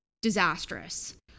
disastrous